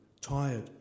tired